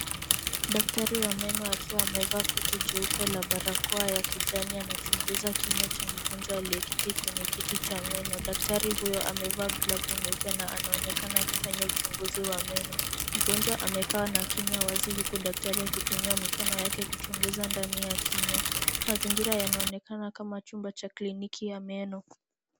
Daktari wa meno akiwa amevaa koti jeupe na barakoa ya kijani anachunguza kinywa cha mgonjwa aliyeketi kwenye kiti cha meno. Daktari huyo amevaa glovu nyeupe na anaonekana akifanya uchunguzi wa meno. Mgonjwa amekaa na kinywa wazi huku daktari akitumia mikono yake kuchunguza ndani ya kinywa. Mazingira yanaonekana kama chumba cha kliniki ya meno.